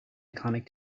iconic